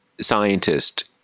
scientist